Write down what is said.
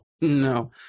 no